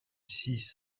six